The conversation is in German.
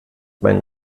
meine